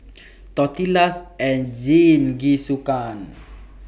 Tortillas and Jingisukan